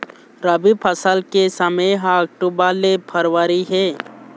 रबी फसल के समय ह अक्टूबर ले फरवरी हे